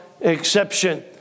exception